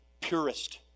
purest